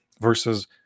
versus